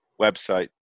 website